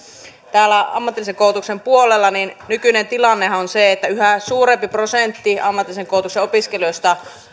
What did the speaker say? täällä ammatillisen koulutuksen puolella nykyinen tilannehan on se että yhä suurempi prosentti ammatillisen koulutuksen opiskelijoista